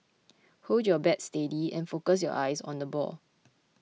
hold your bat steady and focus your eyes on the ball